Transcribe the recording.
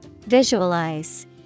Visualize